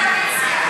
קואליציה.